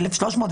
1,300,